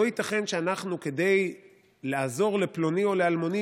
לא ייתכן שכדי לעזור לפלוני או לאלמוני